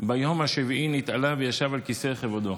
ביום השביעי נתעלה וישב על כיסא כבודו".